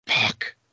fuck